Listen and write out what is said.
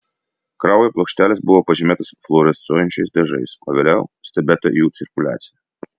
kraujo plokštelės buvo pažymėtos fluorescuojančiais dažais o vėliau stebėta jų cirkuliacija